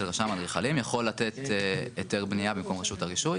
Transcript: רשם האדריכלים יכול לתת היתר בניה במקום רשות הרישוי,